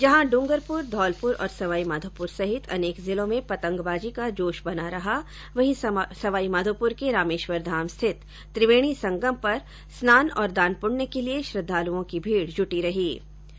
जहां डूंगरपुर धौलपुर और सवाईमाधोपुर सहित अनेक जिलों में पतंगबाजी का जोश बना रहा वहीं सवाईमाधोपुर के रामेश्वर धाम स्थिति त्रिवेणी संगम पर स्नान और दानपुण्य के लिए श्रद्वालुओं की भीड़ जुटी रही ै